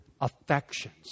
affections